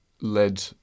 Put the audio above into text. led